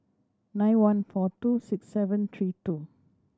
nine one four two six seven three two